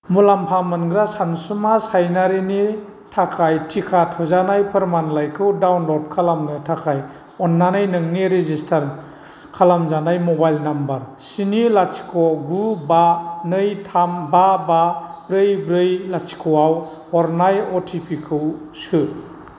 मुलाम्फा मोनग्रा सानसुमा सायनारिनि थाखाय टिका थुजानाय फोरमानलाइखौ डाउनल'ड खालामनो थाखाय अन्नानै नोंनि रेजिस्टार खालामजानाय मबाइल नाम्बार स्नि लाथिख' गु बा नै थाम बा बा ब्रै ब्रै लाथिख'आव हरनाय अटिपिखौ सो